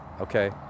okay